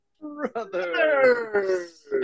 brothers